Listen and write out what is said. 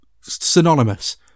synonymous